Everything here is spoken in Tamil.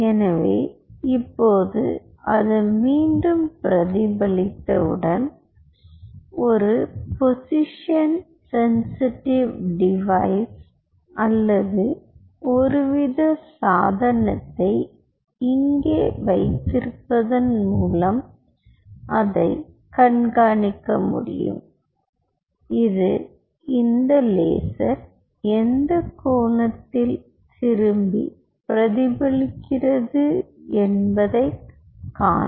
எனவே இப்போது அது மீண்டும் பிரதிபலித்தவுடன் ஒரு பொசிசன் சென்சிடிவ் டிவைஸ் அல்லது ஒருவித சாதனத்தை இங்கே வைத்திருப்பதன் மூலம் அதைக் கண்காணிக்க முடியும் இது இந்த லேசர் எந்த கோணத்தில் திரும்பி பிரதிபலிக்கிறது என்பதைக் காணும்